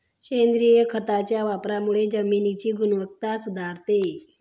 सेंद्रिय खताच्या वापरामुळे जमिनीची गुणवत्ता सुधारते